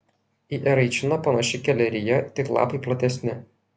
į eraičiną panaši kelerija tik lapai platesni